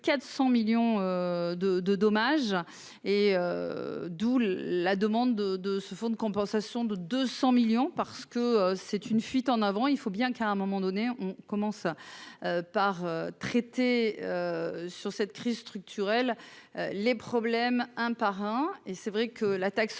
400 millions de de dommages et d'où la demande de de ce fonds de compensation de 200 millions parce que c'est une fuite en avant, il faut bien qu'à un moment donné on commence par traiter sur cette crise structurelle les problèmes un par un et c'est vrai que l'attaque